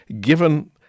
given